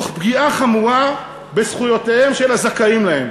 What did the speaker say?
תוך פגיעה חמורה בזכויותיהם של הזכאים להן".